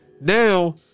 Now